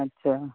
اچھا